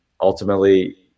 ultimately